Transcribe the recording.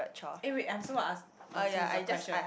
eh wait I'm supposed to ask orh so is your question